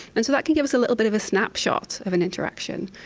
and so that can give us a little bit of a snapshot of an interaction.